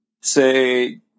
Say